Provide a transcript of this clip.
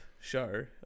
show